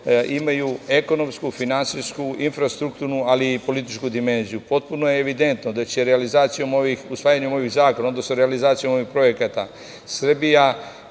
imaju ekonomsku, finansijsku, infrastrukturnu, ali i političku dimenziju. Potpuno je evidentno da će usvajanjem ovih zakona, odnosno realizacijom ovih projekata Srbija